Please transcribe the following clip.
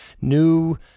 new